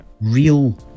real